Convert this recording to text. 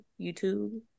YouTube